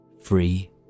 free